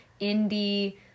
indie